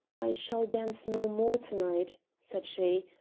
i shall dance no more to-night, said she,